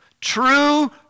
True